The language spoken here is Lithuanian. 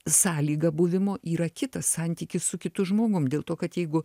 sąlygą buvimo yra kitas santykis su kitu žmogum dėl to kad jeigu